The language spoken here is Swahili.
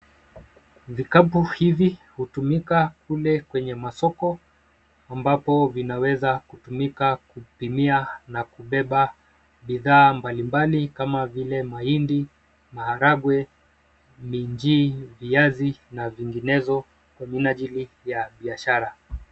Vikapu hizi hutumika kule kwenye masoko ambapo zinaweza kutumika kupimia na kubeba bidhaa mbalimbali kama vile mahindi, maharagwe, minji viazi na zinginezo kwa minajili ya biashara.